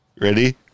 Ready